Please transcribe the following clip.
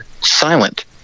silent